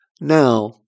now